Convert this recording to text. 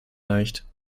leicht